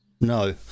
No